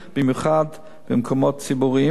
במיוחד במקומות ציבוריים,